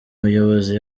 muyobozi